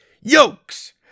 yokes